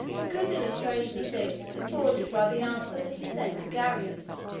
a good illustration of this is afforded by the answer that he sent to darius,